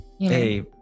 Hey